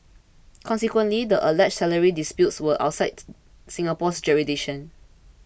consequently the alleged salary disputes were outside Singapore's jurisdiction